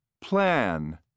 plan